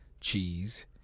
cheese